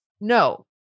No